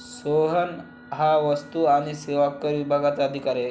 सोहन हा वस्तू आणि सेवा कर विभागाचा अधिकारी आहे